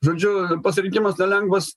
žodžiu pasirinkimas nelengvas